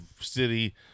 city